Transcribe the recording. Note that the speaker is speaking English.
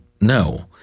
no